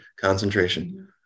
concentration